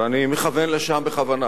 ואני מכוון לשם בכוונה,